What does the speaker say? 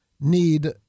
need